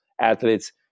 athletes